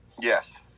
Yes